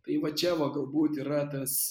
tai va čia va galbūt yra tas